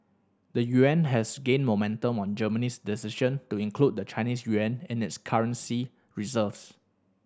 the yuan also gained momentum on Germany's decision to include the Chinese yuan in its currency reserves